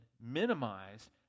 minimized